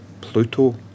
Pluto